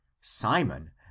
simon